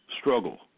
struggle